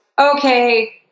okay